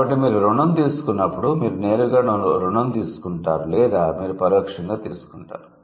కాబట్టి మీరు రుణం తీసుకున్నప్పుడు మీరు నేరుగా రుణం తీసుకుంటారు లేదా మీరు పరోక్షంగా తీసుకుంటారు